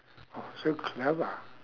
oh so clever